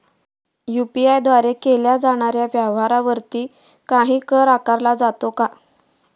UPI द्वारे केल्या जाणाऱ्या व्यवहारावरती काही कर आकारला जातो का?